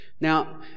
Now